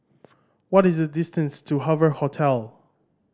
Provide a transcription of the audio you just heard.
what is the distance to Hoover Hotel